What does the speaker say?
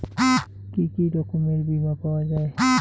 কি কি রকমের বিমা পাওয়া য়ায়?